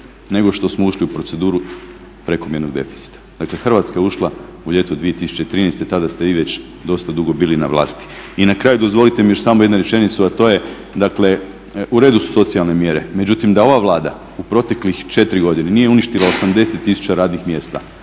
nego što smo ušli u proceduru prekomjernog deficita. Dakle Hrvatska je ušla u ljeto 2013., tada ste i vi već dosta dugo bili na vlasti. I na kraju, dozvolite mi samo još jednu rečenicu, a to je dakle uredu su socijalne mjere, međutim da ova Vlada u proteklih 4 godine nije uništila 80 tisuća radnih mjesta